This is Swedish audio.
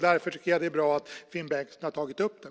Därför tycker jag att det är bra att Finn Bengtsson har tagit upp det.